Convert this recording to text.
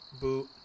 Boot